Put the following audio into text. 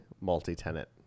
multi-tenant